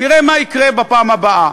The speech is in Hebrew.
נראה מה יקרה בפעם הבאה.